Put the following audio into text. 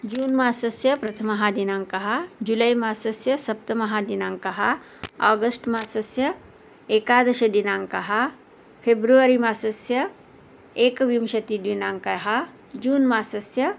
जून् मासस्य प्रथमः दिनाङ्कः जुलै मासस्य सप्तमः दिनाङ्कः आगस्ट् मासस्य एकादशदिनाङ्कः फेब्रुवरि मासस्य एकविंशतिदिनाङ्कः जून् मासस्य